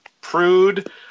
Prude